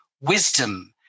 wisdom